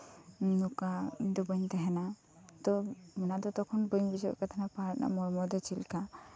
ᱱᱚᱠᱟ ᱤᱧ ᱫᱚ ᱵᱟᱹᱧ ᱛᱟᱸᱦᱮᱱᱟ ᱛᱳ ᱚᱱᱟ ᱫᱚ ᱛᱚᱠᱷᱚᱱ ᱵᱟᱹᱧ ᱵᱩᱡᱷᱟᱹᱣᱮᱫ ᱛᱟᱸᱦᱮᱱᱟ ᱯᱟᱲᱦᱟᱣ ᱨᱮᱭᱟᱜ ᱢᱚᱨᱢᱚ ᱫᱚ ᱪᱮᱫ ᱞᱮᱠᱟ